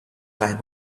time